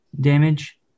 damage